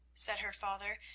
said her father,